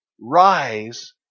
rise